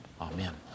Amen